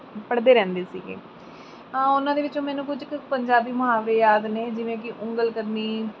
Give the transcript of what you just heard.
ਪੜ੍ਹਦੇ ਰਹਿੰਦੇ ਸੀਗੇ ਹਾਂ ਉਹਨਾਂ ਦੇ ਵਿੱਚੋਂ ਮੈਨੂੰ ਕੁਝ ਕੁ ਪੰਜਾਬੀ ਮੁਹਾਵਰੇ ਯਾਦ ਨੇ ਜਿਵੇਂ ਕਿ ਉਂਗਲ ਕਰਨੀ